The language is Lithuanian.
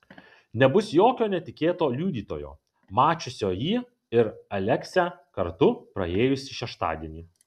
nebus jokio netikėto liudytojo mačiusio jį ir aleksę kartu praėjusį šeštadienį